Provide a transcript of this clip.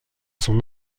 son